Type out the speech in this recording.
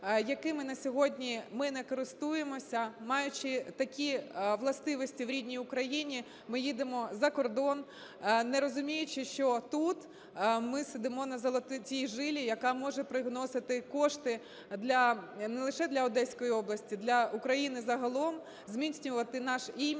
якими на сьогодні ми не користуємося. Маючи такі властивості в рідній України, ми їдемо за кордон, не розуміючи, що тут ми сидимо на "золотій жилі", яка може приносити кошти не лише для Одеської області, для України загалом, зміцнювати наш імідж